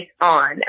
on